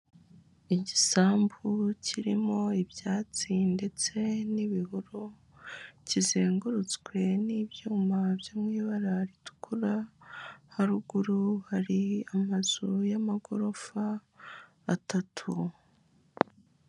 Igisambu kirimo ibyatsi ndetse n'ibihuru kizengurutswe n'ibyuma byo mu ibara ritukura, haruguru hari amazu y'amagorofa atatu.